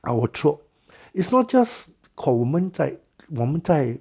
our throat it's not just 口我们在我们在